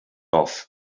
off